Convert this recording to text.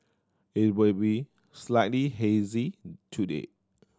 it will be slightly hazy today